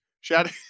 Shout